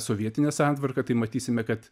sovietinę santvarką tai matysime kad